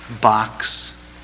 box